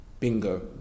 Bingo